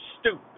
stupid